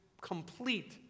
complete